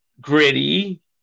gritty